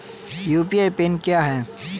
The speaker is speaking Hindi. यू.पी.आई पिन क्या है?